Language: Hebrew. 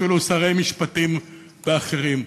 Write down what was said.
אפילו שרי משפטים ואחרים.